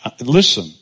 Listen